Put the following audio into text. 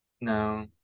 No